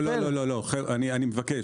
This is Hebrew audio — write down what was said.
לא, לא, אני מבקש.